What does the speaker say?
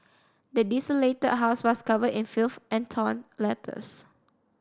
the desolated house was covered in filth and torn letters